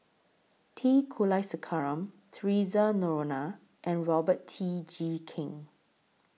T Kulasekaram Theresa Noronha and Robert Tee Jee Keng